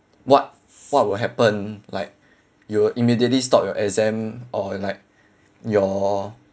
what what will happen like you will immediately stop your exam or like your